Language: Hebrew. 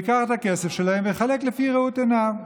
הוא ייקח את הכסף שלהם ויחלק לפי ראות עיניו.